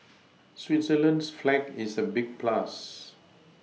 Switzerland's flag is a big plus